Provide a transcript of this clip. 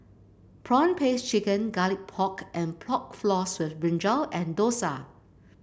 prawn paste chicken Garlic Pork and Pork Floss with brinjal and dosa